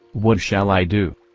what shall i do?